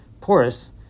porous